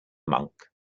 monk